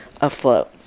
afloat